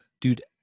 dude